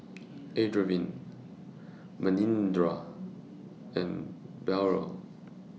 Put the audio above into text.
Arvind Manindra and Bellur